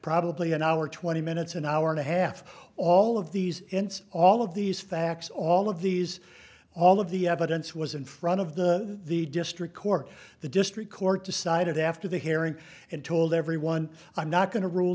probably an hour twenty minutes an hour and a half all of these ends all of these facts all of these all of the evidence was in front of the the district court the district court decided after the hearing and told everyone i'm not going to rule